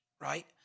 right